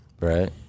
Right